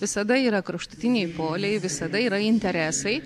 visada yra kraštutiniai poliai visada yra interesai